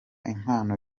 impano